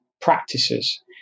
practices